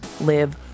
live